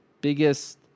biggest